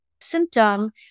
symptom